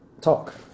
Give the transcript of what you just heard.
talk